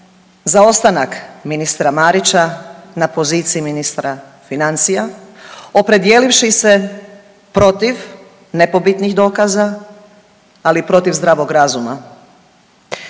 za ostanak ministra Marića na poziciji ministra financija opredjelivši se protiv nepobitnih dokaza, ali protiv zdravog razuma.